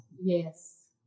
Yes